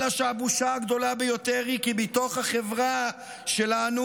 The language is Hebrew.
אלא שהבושה הגדולה ביותר היא כי בתוך החברה שלנו